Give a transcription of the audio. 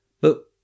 But